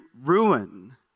ruin